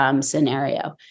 scenario